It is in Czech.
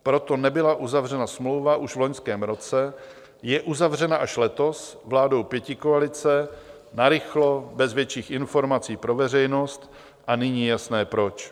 Proto nebyla uzavřena smlouva už v loňském roce, je uzavřena až letos vládou pětikoalice narychlo, bez větších informací pro veřejnost a nyní je jasné proč.